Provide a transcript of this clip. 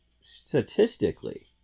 statistically